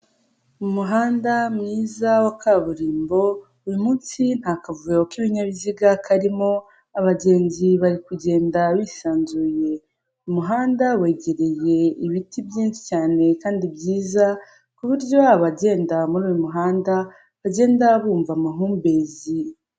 Umuhanda mwiza wa kaburimbo uyu munsi nta kavuyo k'ibinyabiziga karimo, abagenzi bari kugenda bisanzuye, umuhanda wegereriye ibiti byinshi cyane kandi byiza, ku buryo abagenda muri uyu muhanda bagenda bumva amahumbezi.